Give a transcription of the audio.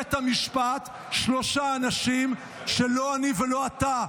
בבית המשפט שלושה אנשים שלא אני ולא אתה,